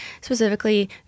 specifically